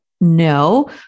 No